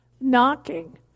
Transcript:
knocking